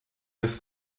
des